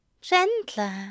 gentler